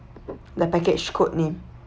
the package code name